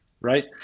Right